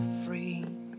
free